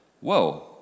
whoa